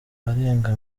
arenga